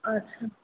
আচ্ছা